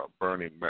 Bernie